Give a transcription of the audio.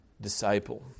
disciple